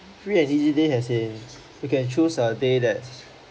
free and easy day as in you can choose a day that's